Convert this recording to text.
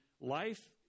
life